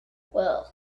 well